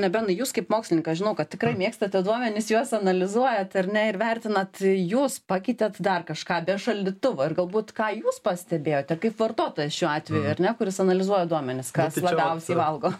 na benai jūs kaip mokslininkas žinau kad tikrai mėgstate duomenis juos analizuojat ar ne ir vertinat jūs pakeitėt dar kažką be šaldytuvo ir galbūt ką jūs pastebėjote kaip vartotojas šiuo atveju ar ne kuris analizuoja duomenis kas labiausiai valgo